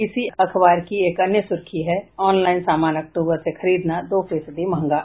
इसी अखबार की एक अन्य सुर्खी है ऑनलाईन सामान अक्टूबर से खरीदना दो फीसदी महंगा